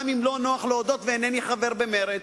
גם אם לא נוח להודות ואינני חבר במרצ,